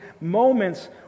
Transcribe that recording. moments